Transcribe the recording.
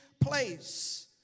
place